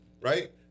right